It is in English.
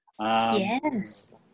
Yes